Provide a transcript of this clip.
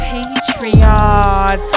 Patreon